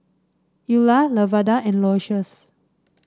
Eula Lavada and Aloysius